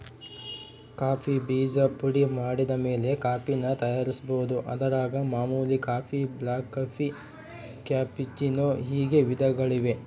coffee ಬೀಜ ಪುಡಿಮಾಡಿದಮೇಲೆ ಕಾಫಿನ ತಯಾರಿಸ್ಬೋದು, ಅದರಾಗ ಮಾಮೂಲಿ ಕಾಫಿ, ಬ್ಲಾಕ್ಕಾಫಿ, ಕ್ಯಾಪೆಚ್ಚಿನೋ ಹೀಗೆ ವಿಧಗಳಿವೆ